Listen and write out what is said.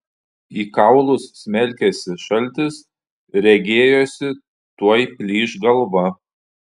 į kaulus smelkėsi šaltis regėjosi tuoj plyš galva